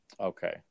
Okay